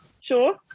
sure